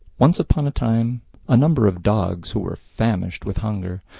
once upon a time a number of dogs, who were famished with hunger,